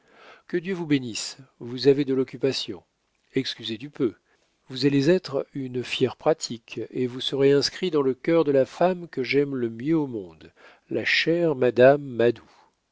que dieu vous bénisse vous avez de l'occupation excusez du peu vous allez être une fière pratique et vous serez inscrit dans le cœur de la femme que j'aime le mieux au monde la chère madame madou